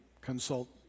consult